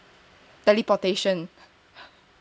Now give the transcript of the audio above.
teleportation